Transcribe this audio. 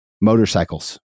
Motorcycles